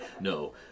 No